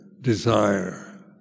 desire